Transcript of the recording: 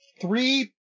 three